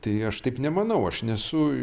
tai aš taip nemanau aš nesu